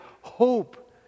hope